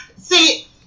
See